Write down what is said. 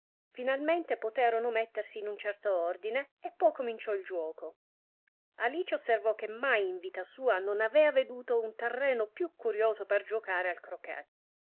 finalmente poterono mettersi in un certo ordine e poi cominciò il giuoco alice osservò che mai in sua vita non avea veduto un terreno più curioso per giuocare il croquet